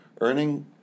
earning